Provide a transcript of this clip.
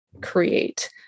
create